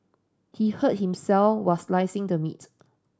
he hurt himself while slicing the meat